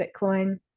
Bitcoin